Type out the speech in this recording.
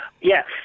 Yes